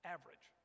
Average